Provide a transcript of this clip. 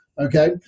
Okay